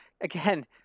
again